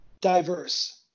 diverse